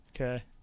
Okay